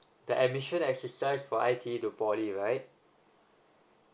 the admission exercise for I T E to poly right